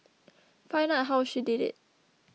find out how she did it